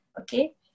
Okay